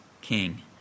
King